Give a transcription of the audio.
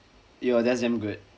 yo that's damn good